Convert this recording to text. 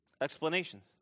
explanations